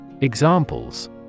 Examples